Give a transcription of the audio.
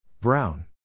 Brown